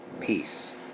peace